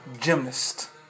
Gymnast